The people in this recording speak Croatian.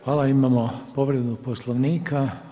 Hvala, imamo povredu Poslovnika.